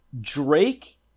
Drake